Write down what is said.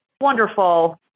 wonderful